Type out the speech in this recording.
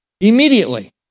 Immediately